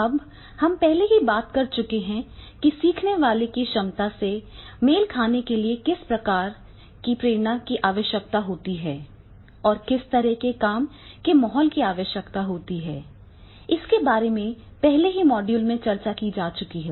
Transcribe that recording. अब हम पहले ही बात कर चुके हैं कि सीखने वाले की क्षमता से मेल खाने के लिए किस तरह की प्रेरणा की आवश्यकता होती है और किस तरह के काम के माहौल की आवश्यकता होती है इसके बारे में पहले ही मॉड्यूल में चर्चा की जा चुकी है